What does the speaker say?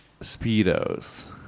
Speedos